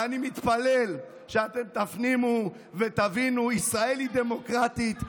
ואני מתפלל שאתם תפנימו ותבינו: ישראל היא דמוקרטית,